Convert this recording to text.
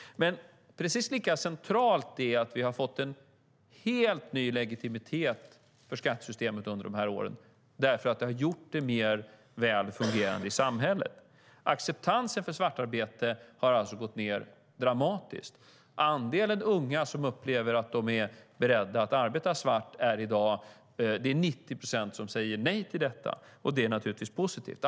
Lika centralt är det att vi har fått en helt ny legitimitet för skattesystemet under de senaste åren eftersom det har gjorts mer väl fungerande i samhället. Acceptansen för svartarbete har alltså gått ned dramatiskt. Andelen unga som säger nej till att arbeta svart är i dag 90 procent, och det är naturligtvis positivt.